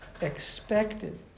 expected